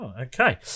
okay